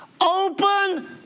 open